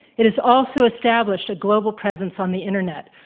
it has also established a global presence on the internet